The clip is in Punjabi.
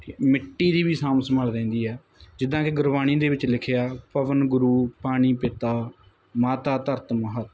ਮਿੱਟੀ ਦੀ ਵੀ ਸਾਂਭ ਸੰਭਾਲ ਰਹਿੰਦੀ ਆ ਜਿੱਦਾਂ ਕਿ ਗੁਰਬਾਣੀ ਦੇ ਵਿੱਚ ਲਿਖਿਆ ਪਵਨ ਗੁਰੂ ਪਾਣੀ ਪਿਤਾ ਮਾਤਾ ਧਰਤ ਮਹਤ